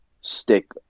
stick